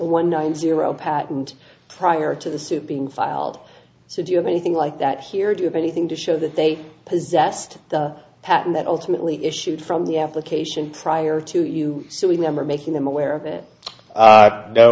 one nine zero patent prior to the suit being filed so do you have anything like that here do you have anything to show that they possessed the pattern that ultimately issued from the application prior to you so we're making them aware of it